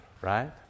Right